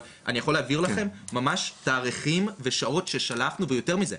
אבל אני יכול להעביר לכם ממש תאריכים ושעות ששלחנו ויותר מזה,